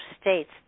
states